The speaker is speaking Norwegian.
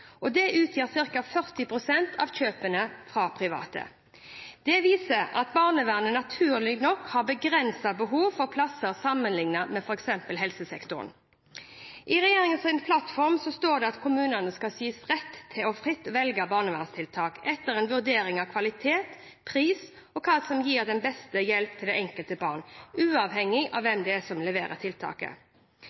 182. Det utgjør ca. 40 pst. av kjøpene fra private. Dette viser at barnevernet naturlig nok har begrenset behov for plasser, sammenlignet med f.eks. helsesektoren. I regjeringens plattform står det at kommunene skal gis rett til fritt å velge barnevernstiltak, etter en vurdering av kvalitet, pris og hva som gir best hjelp til det enkelte barnet, uavhengig av hvem som leverer tiltaket.